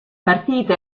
partite